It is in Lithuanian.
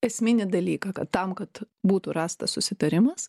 esminį dalyką kad tam kad būtų rastas susitarimas